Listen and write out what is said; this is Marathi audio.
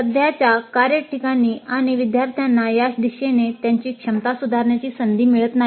सध्याच्या कार्य ठिकाणी आणि विद्यार्थ्यांना या दिशेने त्यांची क्षमता सुधारण्याची संधी मिळत नाही